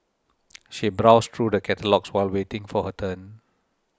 she browsed through the catalogues while waiting for her turn